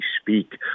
speak